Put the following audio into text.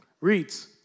reads